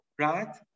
right